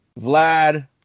Vlad